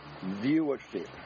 viewership